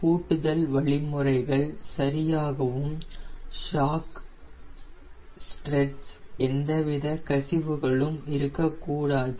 பூட்டுதல் வழிமுறைகள் சரியாகவும் ஷாக் ஸ்ட்ரடில் எந்த வித கசிவுகளும் இருக்க கூடாது